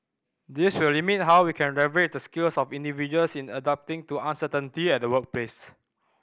this will limit how we can leverage the skills of individuals in adapting to uncertainty at the workplace